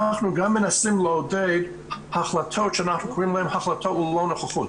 אנחנו גם מנסים לעודד החלטות שאנחנו קוראים להן 'החלטה ללא נוכחות'.